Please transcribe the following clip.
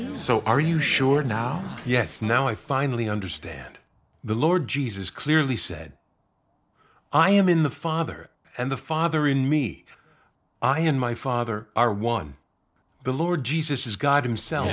you so are you sure now yes now i finally understand the lord jesus clearly said i am in the father and the father in me i and my father are one the lord jesus is god himself